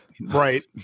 right